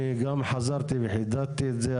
אני גם חזרתי וחידדתי את זה,